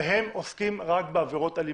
והם עוסקים רק בעבירות אלימות.